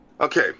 Okay